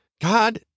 God